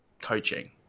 coaching